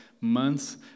months